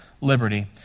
liberty